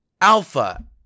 Alpha